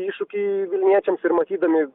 iššūkį vilniečiams ir matydami